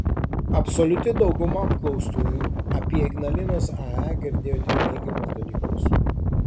absoliuti dauguma apklaustųjų apie ignalinos ae girdėjo tik neigiamus dalykus